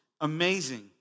amazing